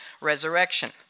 resurrection